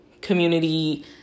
community